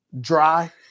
dry